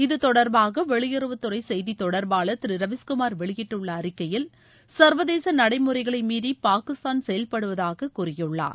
இது தொடர்பாக வெளியுறவுத் துறை செய்தி தொடர்பாளர் திரு ரவிஷ்குமார் வெளியிட்டுள்ள அறிக்கையில் சர்வதேச நடைமுறைகளை மீறி பாகிஸ்தான் செயல்படுவதாக கூறியுள்ளார்